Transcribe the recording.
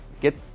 get